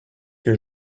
que